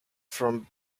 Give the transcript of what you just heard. from